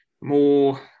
more